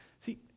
See